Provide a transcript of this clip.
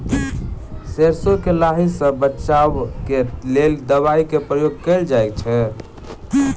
सैरसो केँ लाही सऽ बचाब केँ लेल केँ दवाई केँ प्रयोग कैल जाएँ छैय?